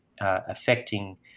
affecting